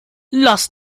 lass